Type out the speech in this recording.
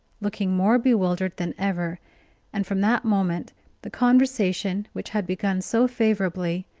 looking more bewildered than ever and from that moment the conversation, which had begun so favorably,